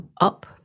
up